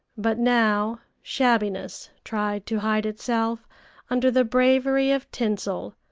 but now shabbiness tried to hide itself under the bravery of tinsel,